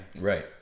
right